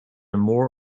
more